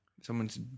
Someone's